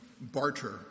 Barter